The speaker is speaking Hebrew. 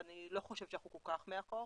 אבל אני לא חושבת שאנחנו כל כך מאחור,